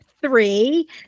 three